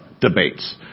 debates